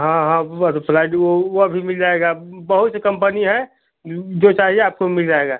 हाँ हाँ वह तो फ्लाइट वो वह भी मिल जाएगा बहुत से कम्पनी है जो चाहिए आपको मिल जाएगा